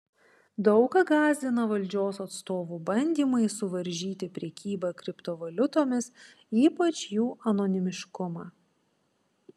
daug ką gąsdina valdžios atstovų bandymai suvaržyti prekybą kriptovaliutomis ypač jų anonimiškumą